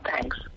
Thanks